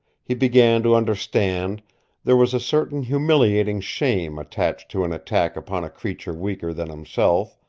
he began to understand there was a certain humiliating shame attached to an attack upon a creature weaker than himself,